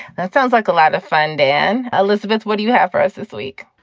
that sounds like a lot of fun. dan, elizabeth, what do you have for us this week?